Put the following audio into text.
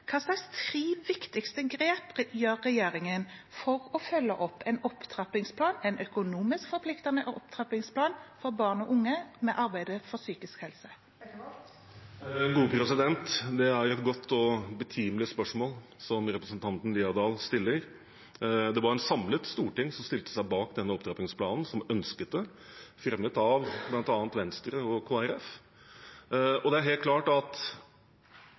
Hva er de tre viktigste grep regjeringen gjør for å følge opp en opptrappingsplan, en økonomisk forpliktende opptrappingsplan, for barn og unges psykisk helse? Det er et godt og betimelig spørsmål som representanten Haukeland Liadal stiller. Det var et samlet storting som stilte seg bak denne opptrappingsplanen, som ønsket det – fremmet av bl.a. Venstre og Kristelig Folkeparti. Det er helt klart at